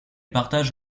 partage